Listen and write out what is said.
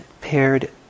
paired